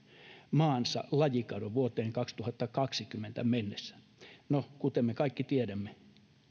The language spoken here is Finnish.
maansa lajikadon vuoteen kaksituhattakaksikymmentä mennessä no kuten me kaikki tiedämme